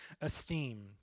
esteem